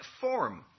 form